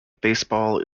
baseball